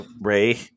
Ray